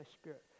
spirit